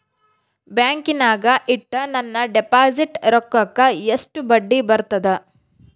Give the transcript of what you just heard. ಬ್ಯಾಂಕಿನಾಗ ಇಟ್ಟ ನನ್ನ ಡಿಪಾಸಿಟ್ ರೊಕ್ಕಕ್ಕ ಎಷ್ಟು ಬಡ್ಡಿ ಬರ್ತದ?